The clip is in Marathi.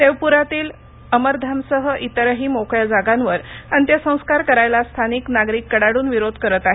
देवपूरातील अमरधाम सह इतरही मोकळया जागांवर अंत्रय संस्कार करायला स्थानिक नागरिक कडाडून विरोध करत आहेत